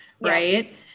right